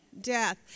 death